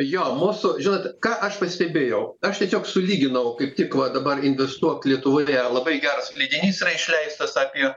jo mūsų žinot ką aš pastebėjau aš tiesiog sulyginau kaip tik va dabar investuok lietuvoje vėl labai geras leidinys yra išleistas apie